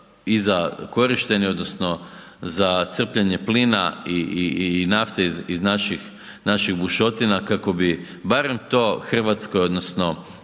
i za korištenje odnosno za crpljenje plina i nafte iz naših bušotina kako bi barem to Hrvatskoj odnosno